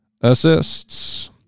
assists